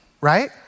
right